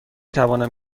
توانم